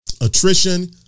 Attrition